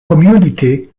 community